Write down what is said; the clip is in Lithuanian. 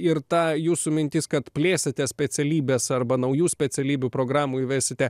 ir ta jūsų mintis kad plėsite specialybes arba naujų specialybių programų įvesite